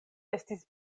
estis